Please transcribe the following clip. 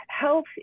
Health